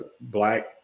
black